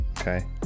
Okay